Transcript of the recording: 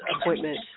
appointment